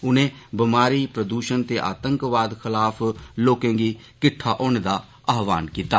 उनें बमारी प्रदूषण ते आतंकवाद खलाफ लोकें गी किट्ठा होने दा आह्वान कीता